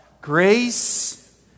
Grace